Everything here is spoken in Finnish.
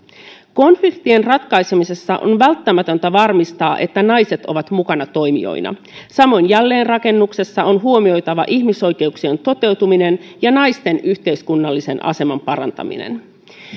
konfliktien ratkaisemisessa on välttämätöntä varmistaa että naiset ovat mukana toimijoina samoin jälleenrakennuksessa on huomioitava ihmisoikeuksien toteutuminen ja naisten yhteiskunnallisen aseman parantaminen